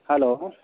hello